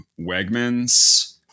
Wegmans